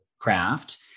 Craft